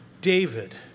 David